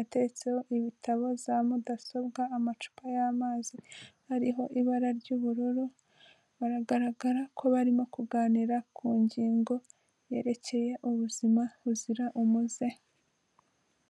ateretseho ibitabo za mudasobwa amacupa y'amazi ariho ibara ry'ubururu biragaragara ko barimo kuganira ku ngingo yerekeye ubuzima buzira umuze.